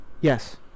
Yes